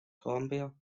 columbia